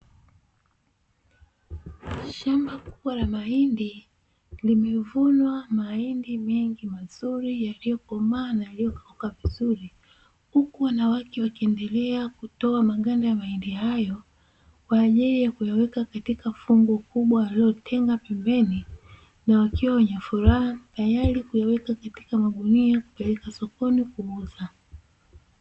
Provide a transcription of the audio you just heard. Shamba kubwa la mahindi limevunwa mahindi mengi mazuri yaliyokomaa na yaliyokauka vizuri, huku wanawake wakiendelea kutoa maganda ya mahindi hayo kwa ajili ya kuyaweka katika fungu kubwa walilotenga pembeni, na wakiwa wenye furaha tayari kuyaweka katika magunia kupeleka sokoni kuuza.